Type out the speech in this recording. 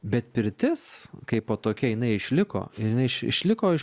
bet pirtis kaipo tokia jinai išliko ir jinai iš išliko iš